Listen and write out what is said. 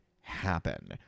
happen